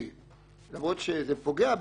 למרות שזה פוגע בפעילות,